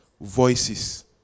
Voices